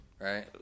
right